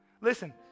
Listen